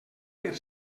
per